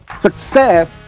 success